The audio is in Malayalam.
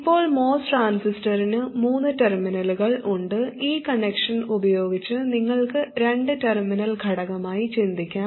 ഇപ്പോൾ MOS ട്രാൻസിസ്റ്ററിന് മൂന്ന് ടെർമിനലുകൾ ഉണ്ട് ഈ കണക്ഷൻ ഉപയോഗിച്ച് നിങ്ങൾക്ക് രണ്ട് ടെർമിനൽ ഘടകമായി ചിന്തിക്കാം